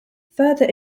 further